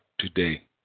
today